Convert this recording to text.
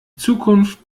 zukunft